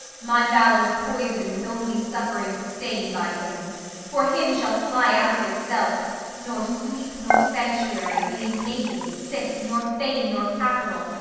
my valour's poisoned with only suffering stain by him for him shall fly out of itself nor sleep nor sanctuary, being naked, sick nor fane nor capitol,